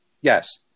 Yes